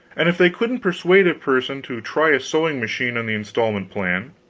and if they couldn't persuade a person to try a sewing-machine on the installment plan,